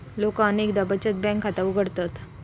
लोका अनेकदा बचत बँकेत खाता उघडतत